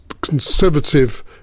conservative